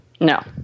No